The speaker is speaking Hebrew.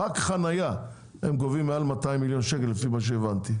רק חנייה הם גובים מעל 200,000,000 שקל לפי מה שהבנתי,